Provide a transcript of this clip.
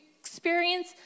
experience